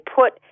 put